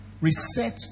reset